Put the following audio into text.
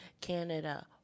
Canada